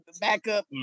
backup